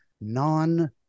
non